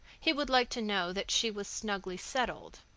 he would like to know that she was snugly settled.